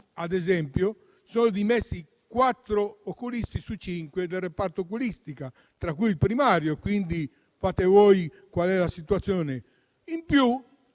ad esempio si sono dimessi quattro oculisti su cinque del reparto di oculistica, tra cui il primario; capite voi stessi qual è la situazione. In più